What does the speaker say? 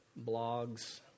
blogs